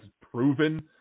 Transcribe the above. proven